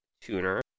tuner